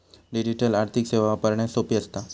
digital आर्थिक सेवा वापरण्यास सोपी असता